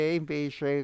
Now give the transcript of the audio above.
invece